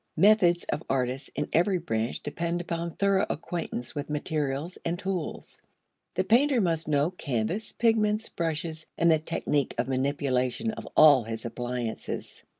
methods of artists in every branch depend upon thorough acquaintance with materials and tools the painter must know canvas, pigments, brushes, and the technique of manipulation of all his appliances.